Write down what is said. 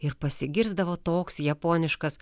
ir pasigirsdavo toks japoniškas